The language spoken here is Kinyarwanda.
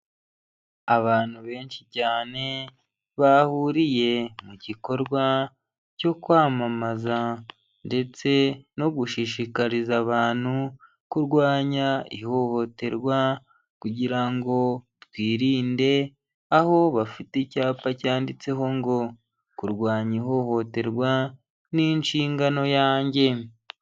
Abantu benshi cyane bahuriye mu gikorwa cyo kwamamaza ndetse no gushishikariza abantu kurwanya ihohoterwa kugira ngo twirinde, aho bafite icyapa cyanditseho ngo kurwanya ihohoterwa ni inshingano yanjye.